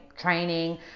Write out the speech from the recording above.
training